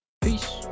Peace